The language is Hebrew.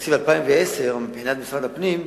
תקציב 2010 מבחינת משרד הפנים,